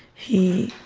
he